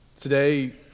Today